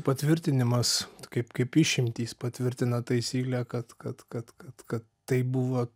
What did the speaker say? patvirtinimas kaip kaip išimtys patvirtina taisyklę kad kad kad kad kad tai buvo